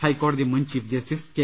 ഹൈക്കോടതി മുൻ chief justice K